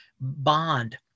bond